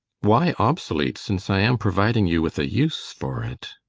why obsolete, since i am providing you with a use for it?